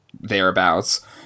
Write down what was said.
thereabouts